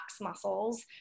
muscles